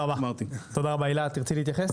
אני קודם כל באמת רוצה להודות לך,